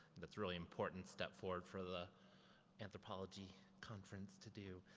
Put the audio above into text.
that's a really important step forward for the anthropology conference to do.